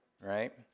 right